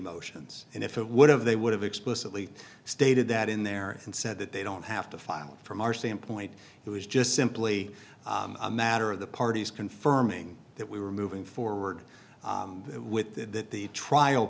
motions and if it would have they would have explicitly stated that in there and said that they don't have to file from our standpoint it was just simply a matter of the parties confirming that we were moving forward with that the trial